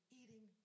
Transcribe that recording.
eating